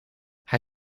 hij